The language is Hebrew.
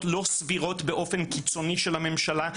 לא סבירות באופן קיצוני של הממשלה,